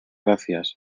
gracias